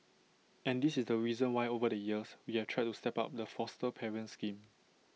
and this is the reason why over the years we have tried to step up the foster parent scheme